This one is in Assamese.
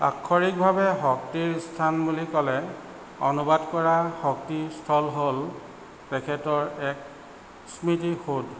আক্ষৰিকভাৱে শক্তিৰ স্থান বুলি ক'লে অনুবাদ কৰা শক্তি স্থল হ'ল তেখেতৰ এক স্মৃতিসৌধ